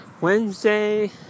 Wednesday